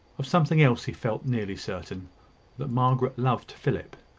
of something else he felt nearly certain that margaret loved philip.